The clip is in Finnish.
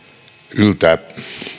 yltää